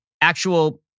actual